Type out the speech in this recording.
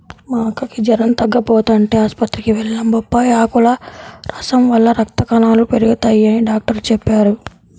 మా అక్కకి జెరం తగ్గకపోతంటే ఆస్పత్రికి వెళ్లాం, బొప్పాయ్ ఆకుల రసం వల్ల రక్త కణాలు పెరగతయ్యని డాక్టరు చెప్పారు